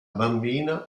bambina